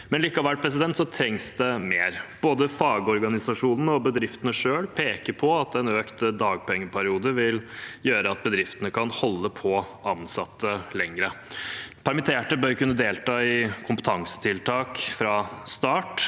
Likevel trengs det mer. Både fagorganisasjonene og bedriftene selv peker på at en lengre dagpengeperiode vil gjøre at bedriftene kan holde på ansatte lenger. Permitterte bør kunne delta i kompetansetiltak fra start,